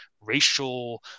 racial